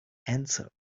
answered